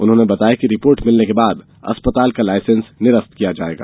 उन्होंने बताया कि रिपोर्ट मिलने के बाद अस्पताल का लाइसेंस निरस्त किया जायगा